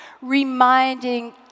reminding